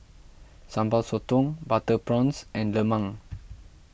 Sambal Sotong Butter Prawns and Lemang